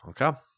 Okay